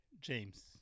James